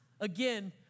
again